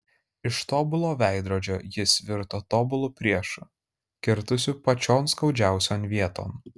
iš tobulo veidrodžio jis virto tobulu priešu kirtusiu pačion skaudžiausion vieton